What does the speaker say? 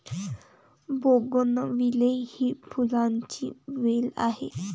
bougainvillea ही फुलांची वेल आहे